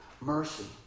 mercy